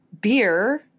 beer